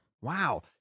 Wow